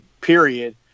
period